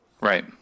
Right